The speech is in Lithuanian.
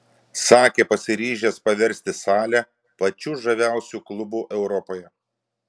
sakė pasiryžęs paversti salę pačiu žaviausiu klubu europoje